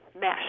mesh